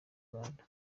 rwanda